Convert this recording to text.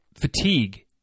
fatigue